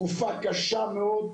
תקופה קשה מאוד.